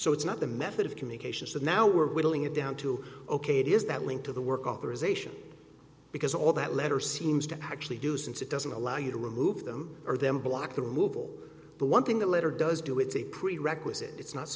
so it's not the method of communication so now we're willing it down to ok it is that link to the work authorization because all that letter seems to actually do since it doesn't allow you to remove them or them block the removal but one thing the letter does do it's a prerequisite it's not